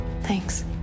Thanks